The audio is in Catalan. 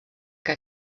que